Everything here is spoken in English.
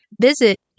Visit